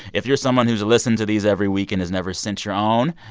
if you're someone who's listened to these every week and has never sent your own,